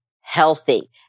healthy